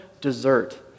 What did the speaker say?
Dessert